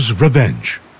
Revenge